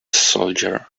soldier